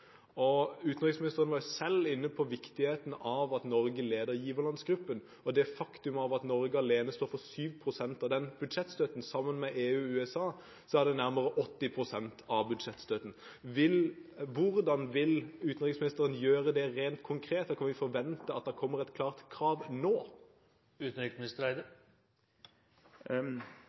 Utenriksministeren var selv inne på viktigheten av at Norge leder giverlandsgruppen, og det faktum at Norge står alene om 7 pst. av den budsjettstøtten. Sammen med EU og USA er det nærmere 80 pst. av budsjettstøtten. Hvordan vil utenriksministeren gjøre det rent konkret? Kan vi forvente at det kommer et klart krav nå?